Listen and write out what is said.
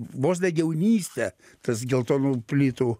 vos ne jaunyste tas geltonų plytų